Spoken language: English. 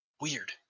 Weird